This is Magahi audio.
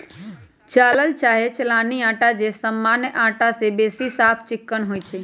चालल चाहे चलानी अटा जे सामान्य अटा से बेशी साफ चिक्कन होइ छइ